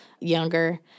younger